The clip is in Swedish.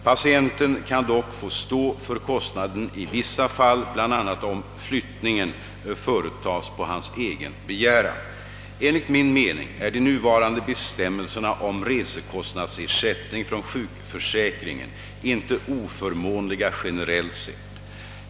Patienten kan dock få stå för kostnaden i vissa fall, bl.a. om flyttningen företas på hans egen begäran. Enligt min mening är de nuvarande bestämmelserna om resekostnadsersättning från sjukförsäkringen inte oförmånliga generellt sett.